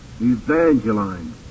Evangeline